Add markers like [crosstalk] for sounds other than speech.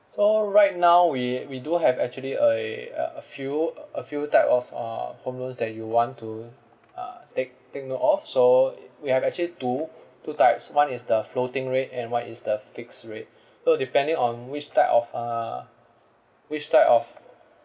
so right now we we do have actually a a a few uh a few type of s~ uh home loans that you want to uh take take note of so [noise] we have actually two two types one is the floating rate and one is the fixed rate so depending on which type of uh which type of